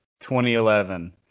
2011